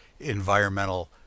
environmental